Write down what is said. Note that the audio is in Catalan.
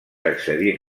accedir